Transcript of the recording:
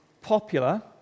popular